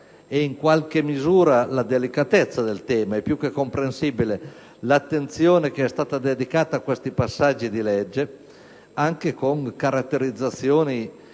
e in qualche misura la delicatezza del tema, ritengo più che comprensibile l'attenzione dedicata a questi passaggi della legge, anche con caratterizzazioni